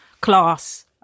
class